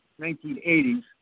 1980s